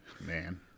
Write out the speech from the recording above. Man